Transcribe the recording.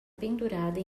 pendurada